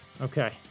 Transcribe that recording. Okay